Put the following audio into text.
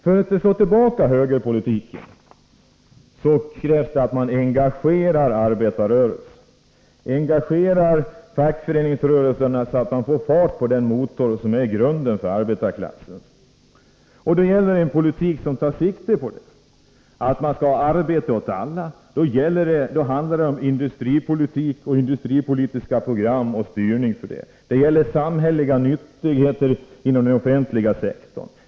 För att slå tillbaka högerpolitiken krävs att man engagerar arbetarrörelsen och engagerar fackföreningsrörelsen så att man får fart på den motor som är grunden för arbetarklassen. Då gäller det att ha en politik som tar sikte på detta. Man skall ha arbete åt alla. Då handlar det om industripolitik och industripolitiska program och styrning för detta. Det gäller samhälleliga nyttigheter inom den offentliga sektorn.